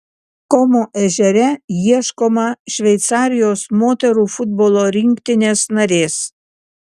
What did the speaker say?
komo ežere ieškoma šveicarijos moterų futbolo rinktinės narės